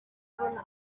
kubona